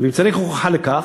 ואם צריך הוכחה לכך,